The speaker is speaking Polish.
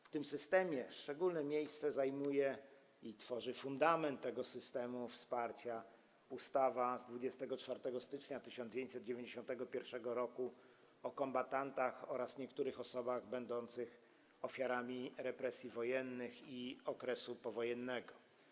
W tym systemie szczególne miejsce zajmuje i tworzy fundament tego systemu wsparcia, ustawa z 24 stycznia 1991 r. o kombatantach oraz niektórych osobach będących ofiarami represji wojennych i okresu powojennego.